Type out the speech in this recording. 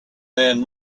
man